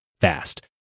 fast